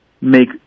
make